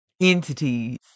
entities